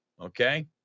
okay